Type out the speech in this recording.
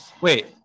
Wait